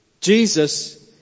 Jesus